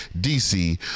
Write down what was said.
DC